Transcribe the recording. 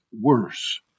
worse